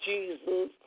Jesus